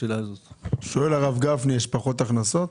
יש פחות הכנסות?